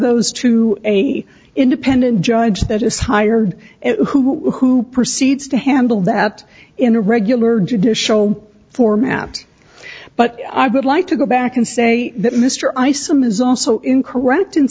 those two a independent judge that is hired and who proceeds to handle that in a regular judicial format but i would like to go back and say that mr isom is also incorrect in